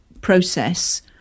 process